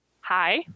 hi